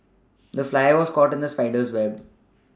the fly was caught in the spider's web